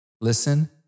Listen